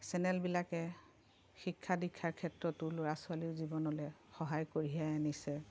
চেনেলবিলাকে শিক্ষা দীক্ষাৰ ক্ষেত্ৰতো ল'ৰা ছোৱালীৰ জীৱনলৈ সহায় কঢ়িয়াই আনিছে